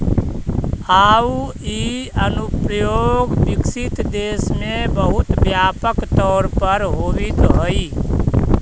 आउ इ अनुप्रयोग विकसित देश में बहुत व्यापक तौर पर होवित हइ